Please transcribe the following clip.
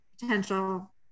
potential